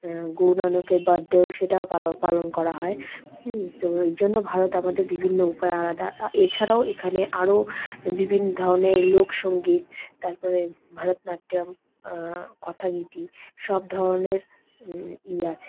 গুরু নানকের বার্থডেও সেটাও পালন করা হয় তো এই জন্য ভারত আমাদের বিভিন্ন উপায়ে আলাদা এছাড়াও এখানে আরও বিভিন্ন ধরনের লোকসঙ্গীত তারপরে ভরতনাট্যম কথাগীতি সব ধরনের ইয়ে আছে